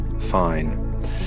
fine